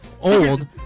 old